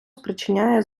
сприяє